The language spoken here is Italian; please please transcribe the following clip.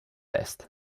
est